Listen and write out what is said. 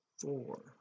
four